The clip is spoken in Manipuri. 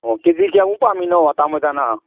ꯑꯣ ꯀꯦ ꯖꯤ ꯀꯌꯥꯃꯨꯛ ꯄꯥꯝꯃꯤꯅꯣ ꯑꯇꯥ ꯃꯣꯏꯗꯥꯅ